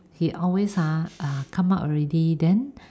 he always ah uh come out already then